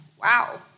Wow